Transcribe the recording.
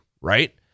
Right